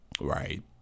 right